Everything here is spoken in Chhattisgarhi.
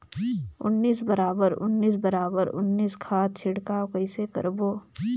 उन्नीस बराबर उन्नीस बराबर उन्नीस खाद छिड़काव कइसे करबो?